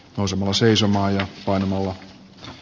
osa mua seisomaan formula